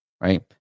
right